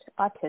autistic